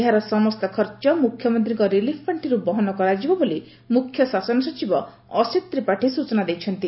ଏହାର ସମସ୍ତ ଖର୍ଚ ମୁଖ୍ୟମଦ୍ତୀଙ୍କ ରିଲିଫ୍ ପାଶ୍ଚିରୁ ବହନ କରାଯିବ ବୋଲି ମୁଖ୍ୟ ଶାସନ ସଚିବ ଅସୀତ୍ ତ୍ରିପାଠୀ ସୂଚନା ଦେଇଛନ୍ତି